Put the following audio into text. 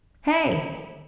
Hey